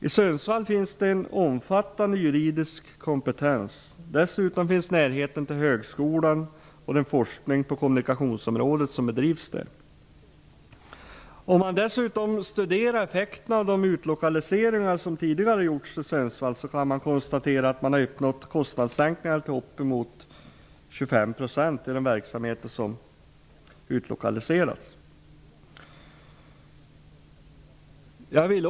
I Sundsvall finns det en omfattande juridisk kompetens. Dessutom finns närheten till högskolan och den forskning på kommunikationsområdet som där bedrivs. Om man dessutom studerar effekterna av de utlokaliseringar som tidigare har gjorts till Sundsvall, kan man konstatera att man har uppnått kostnadssänkningar till uppemot 25 % i de utlokaliserade verksamheterna.